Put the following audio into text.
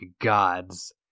gods